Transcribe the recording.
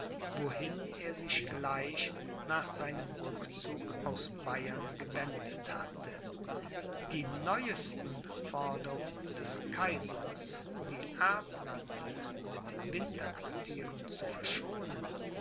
wohin er sich gleich nach seinem rückzug aus bayern gewendet hatte die neuesten forderungen des kaisers die erblande mit winterquartieren zu verschonen